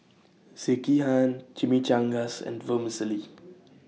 Sekihan Chimichangas and Vermicelli